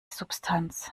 substanz